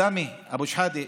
סמי אבו שחאדה,